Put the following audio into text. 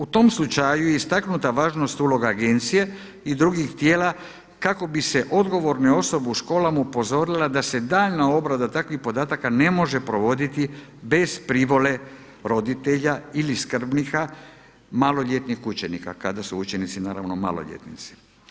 U tom slučaju je istaknuta važnost uloga agencije i drugih tijela kako bi se odgovorna osoba u školama upozorila da se daljnja obrada takvih podataka ne može provoditi bez privole roditelja ili skrbnika maloljetnih učenika, kada su učenici naravno maloljetnici.